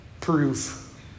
proof